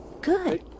Good